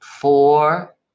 four